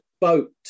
boat